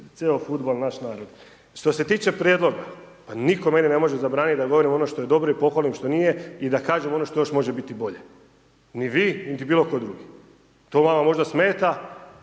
fudbal“ naš narod. Što se tiče prijedloga, pa nitko meni ne može zabraniti da govorim ono što je dobro i pohvalim, što nije i da kažem ono što još može biti bolje niti vi, niti bilo tko drugi. To vama možda smeta.